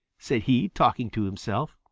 said he, talking to himself.